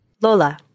Lola